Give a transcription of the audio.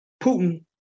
Putin